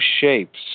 shapes